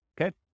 Okay